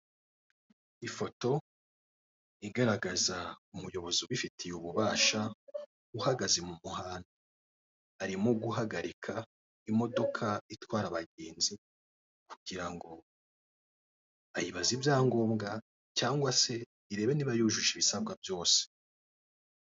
Ifoto igaragaza umuyobozi ubifitiye ububasha uhagaze mumuhanda arimo guhagarika imodoka itwara abagenzi kugira ngo ayibaze ibyangombwa cyangwa se irebe niba yujuje ibisabwa byose.